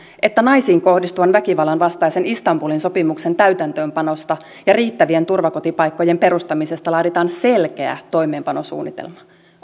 että naisiin kohdistuvan väkivallan vastaisen istanbulin sopimuksen täytäntöönpanosta ja riittävien turvakotipaikkojen perustamisesta laaditaan selkeä toimeenpanosuunnitelma